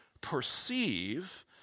perceive